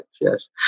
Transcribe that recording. yes